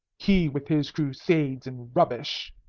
he with his crusades and rubbish!